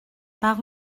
par